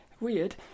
Weird